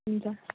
हुन्छ